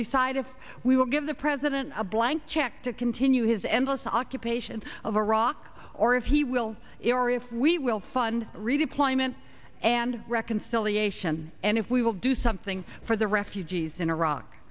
decide if we will give the president a blank check to continue his endless occupation of iraq or if he will it or if we will fund redeployment and reconciliation and if we will do something for the refugees in iraq